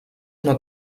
una